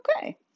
Okay